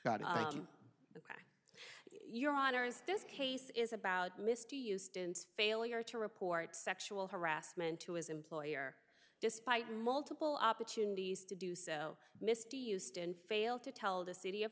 harmless your honor is this case is about misty used failure to report sexual harassment to his employer despite multiple opportunities to do so misty used and failed to tell the city of